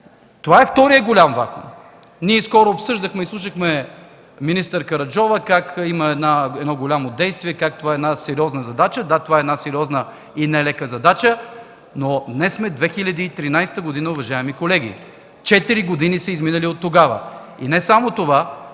Това е вторият голям вакуум. Скоро обсъждахме и изслушахме министър Караджова – как има едно голямо действие, как това е една сериозна задача. Да, това е сериозна и нелека задача. Уважаеми колеги, днес сме 2013 г. Четири години са изминали оттогава. Не само това,